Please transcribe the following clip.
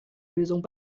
lösung